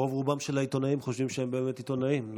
רוב-רובם של העיתונאים חושבים שהם באמת עיתונאים.